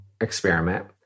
experiment